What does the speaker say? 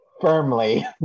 Firmly